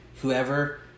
Whoever